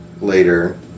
later